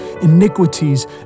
iniquities